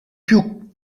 più